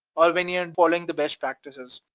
or when you're and following the best practices,